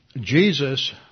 Jesus